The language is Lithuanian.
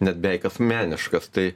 net beveik asmeniškas tai